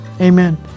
Amen